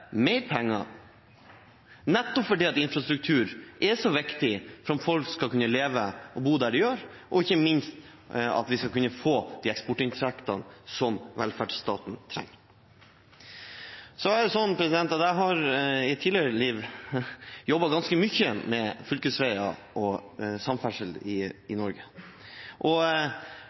så viktig om folk skal kunne leve og bo der de gjør, og ikke minst for at vi skal kunne få de eksportinntektene som velferdsstaten trenger. Jeg har i et tidligere liv jobbet ganske mye med fylkesveier og samferdsel i Norge.